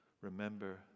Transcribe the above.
remember